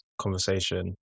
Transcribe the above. conversation